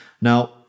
Now